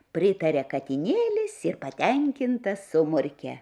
pritaria katinėlis ir patenkintas sumurkia